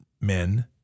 men